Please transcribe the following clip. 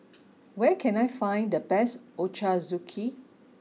where can I find the best Ochazuke